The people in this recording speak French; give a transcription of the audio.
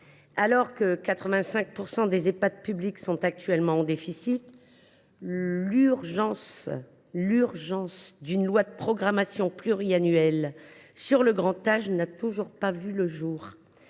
Alors que 85 % des Ehpad publics sont actuellement en déficit, l’urgence est à une loi de programmation pluriannuelle sur le grand âge ; or un tel texte n’a toujours pas vu le jour.